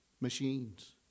machines